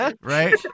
right